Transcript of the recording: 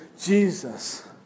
Jesus